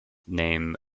name